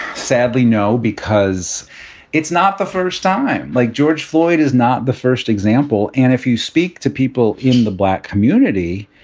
sadly, no, because it's not the first time. like george floyd is not the first example. and if you speak to people in the black community,